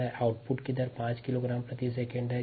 rate of output 5 kilogram प्रति second है